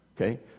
Okay